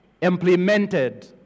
implemented